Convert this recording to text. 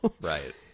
Right